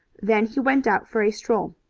then he went out for a stroll.